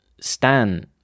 Stan